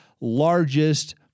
largest